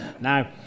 Now